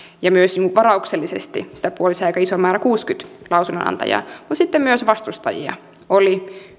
ja myös varauksellisesti sitä puolsi aika iso määrä kuusikymmentä lausunnonantajaa mutta sitten myös vastustajia oli